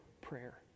prayer